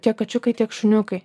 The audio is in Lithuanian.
tiek kačiukai tiek šuniukai